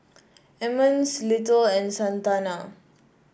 Emmons Little and Santana